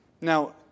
Now